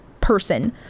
person